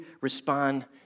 respond